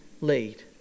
lead